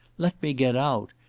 let me get out,